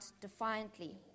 defiantly